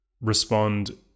respond